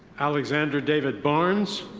alexander david barnes.